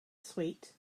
sweet